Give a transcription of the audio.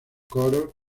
coros